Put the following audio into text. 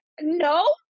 no